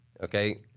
okay